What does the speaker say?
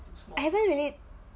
I haven't really